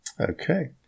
Okay